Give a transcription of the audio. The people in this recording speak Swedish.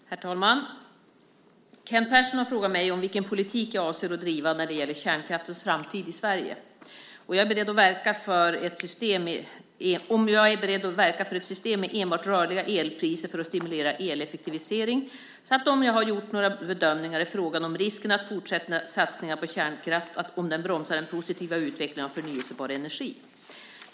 Herr talman! Kent Persson har frågat mig om vilken politik jag avser att driva när det gäller kärnkraftens framtid i Sverige, om jag är beredd att verka för ett system med enbart rörliga elpriser för att stimulera eleffektivisering samt om jag har gjort några bedömningar i frågan om risken att fortsätta satsningar på kärnkraft bromsar den positiva utvecklingen av förnybar energi.